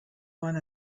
one